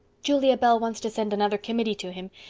julia bell wants to send another committee to him,